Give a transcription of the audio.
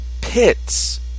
pits